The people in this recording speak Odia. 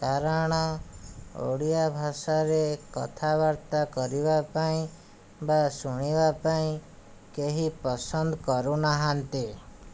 କାରଣ ଓଡ଼ିଆ ଭାଷାରେ କଥାବାର୍ତ୍ତା କରିବାପାଇଁ ବା ଶୁଣିବାପାଇଁ କେହି ପସନ୍ଦ କରୁନାହାନ୍ତି